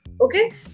okay